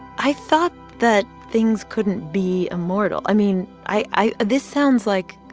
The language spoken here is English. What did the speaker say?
i thought that things couldn't be immortal. i mean, i i this sounds, like,